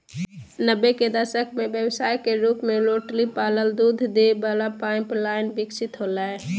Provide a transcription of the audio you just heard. नब्बे के दशक में व्यवसाय के रूप में रोटरी पार्लर दूध दे वला पाइप लाइन विकसित होलय